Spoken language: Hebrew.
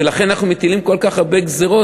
ולכן אנחנו מטילים כל כך הרבה גזירות,